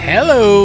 Hello